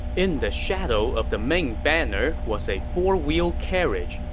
in the shadow of the main banner was a four-wheel carriage.